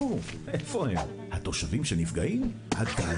משתמשים באסבסט.